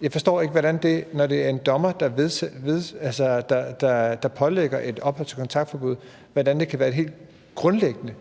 Jeg forstår ikke, hvordan det, når det er en dommer, der pålægger et opholds- og kontaktforbud, kan være et helt grundlæggende